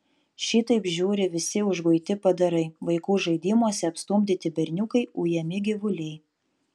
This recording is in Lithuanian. šitaip žiūri visi užguiti padarai vaikų žaidimuose apstumdyti berniukai ujami gyvuliai